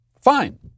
fine